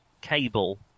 cable